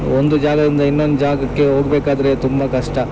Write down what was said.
ಒಂದು ಜಾಗದಿಂದ ಇನ್ನೊಂದು ಜಾಗಕ್ಕೆ ಹೋಗ್ಬೇಕಾದ್ರೆ ತುಂಬ ಕಷ್ಟ